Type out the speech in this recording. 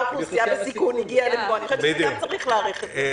הוא באוכלוסייה בסיכון ואני חושבת שצריך להעריך את זה.